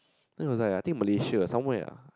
no it was I think like Malaysia or somewhere ah